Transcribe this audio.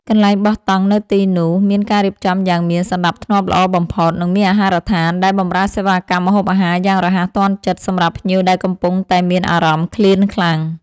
កន្លែងបោះតង់នៅទីនោះមានការរៀបចំយ៉ាងមានសណ្ដាប់ធ្នាប់ល្អបំផុត និង មានអាហារដ្ឋានដែលបម្រើសេវាកម្មម្ហូបអាហារយ៉ាងរហ័សទាន់ចិត្តសម្រាប់ភ្ញៀវដែលកំពុងតែមានអារម្មណ៍ឃ្លានខ្លាំង។